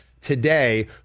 today